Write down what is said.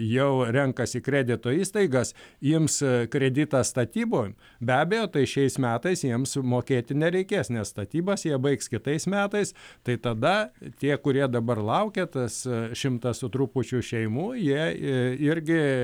jau renkasi kredito įstaigas ims kreditą statybom be abejo tai šiais metais jiems mokėti nereikės nes statybas jie baigs kitais metais tai tada tie kurie dabar laukia tas šimtas su trupučiu šeimų jie irgi